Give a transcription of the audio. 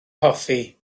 hoffi